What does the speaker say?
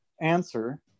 answer